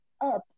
up